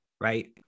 right